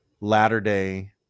Latter-day